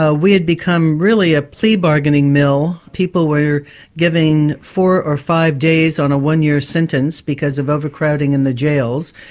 ah we had become really a fee-bargaining mill, people were giving four or five days on a one-year sentence because of overcrowding in the jails.